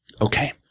Okay